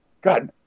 god